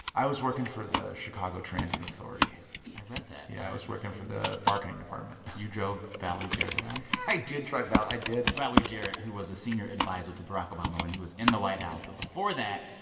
i was working for the chicago transit authority i read that yeah, i was working for the marketing department you drove valerie jarrett around yeah i did drive i did valerie jarrett, who was a senior adviser to barack obama when he was in the white house. but, before that,